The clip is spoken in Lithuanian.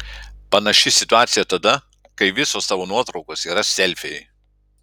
panaši situacija tada kai visos tavo nuotraukos yra selfiai